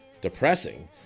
depressing